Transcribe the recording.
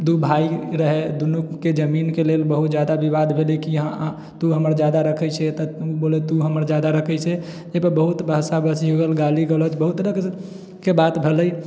दू भाय रहै दूनूके जमीनके लेल बहुत जादा विवाद भेलै की तू हमर जादा रखा छै बोले तू हमर जादा रखै छै अयपर बहुत बहसा बहसी हो गेल गाली गलोज बहुत तरहके बात भेलै